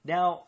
Now